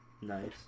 Nice